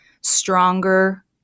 stronger